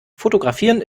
fotografieren